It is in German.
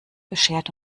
beschert